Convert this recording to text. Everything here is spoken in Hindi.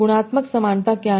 तो गुणात्मक समानता क्या है